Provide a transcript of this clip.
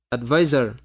Advisor